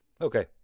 Okay